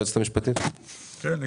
עוצמות נמוכות וכמות אדים קטנה יותר.